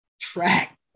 track